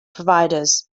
providers